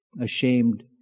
Ashamed